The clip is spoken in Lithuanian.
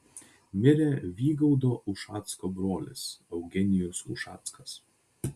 mirė vygaudo ušacko brolis eugenijus ušackas